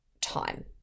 time